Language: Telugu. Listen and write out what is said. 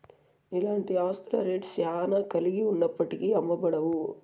ఇలాంటి ఆస్తుల రేట్ శ్యానా కలిగి ఉన్నప్పటికీ అమ్మబడవు